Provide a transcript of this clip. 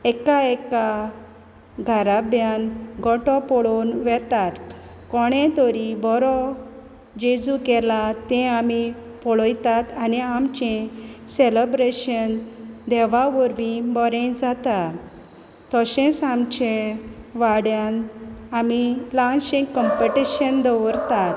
एका एका घाराब्यांत गोटो पोळोन वेतात कोणें तरी बरो जेजू केला तें आमी पळोयतात आनी आमचें सेलेब्रेशन देवा वरवीं बोरें जाता तोशेंच आमचें वाड्यान आमी ल्हानशें कंपिटीशन दवरतात